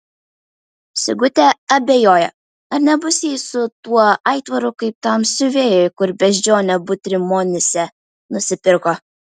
sigutė abejoja ar nebus jai su tuo aitvaru kaip tam siuvėjui kur beždžionę butrimonyse nusipirko